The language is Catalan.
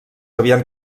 havien